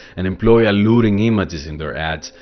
and employ alluring images in their ads,